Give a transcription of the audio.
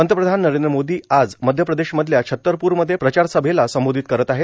पंतप्रधान नरेंद्र मोदी आज मध्यप्रदेशमधल्या छत्तरप्रमध्ये प्रचारसभेला संबोधित करत आहेत